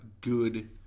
good